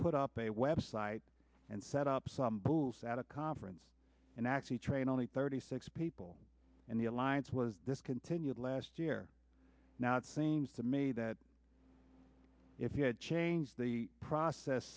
put up a website and set up some balls at a conference and actually train only thirty six people in the alliance was discontinued last year now it seems to me that if you had changed the process